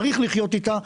צריך לחיות איתה.